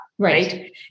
Right